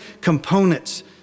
components